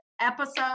episode